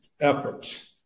efforts